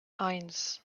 eins